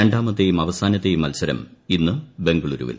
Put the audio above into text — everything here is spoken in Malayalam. രണ്ടാമത്തെയും അവസാനത്തെയും മൽസരം ഇന്ന് ബംഗളുരുവിൽ